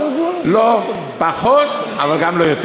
לא פחות אבל גם לא יותר.